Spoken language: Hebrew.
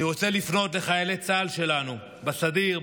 אני רוצה לפנות לחיילי צה"ל שלנו בסדיר,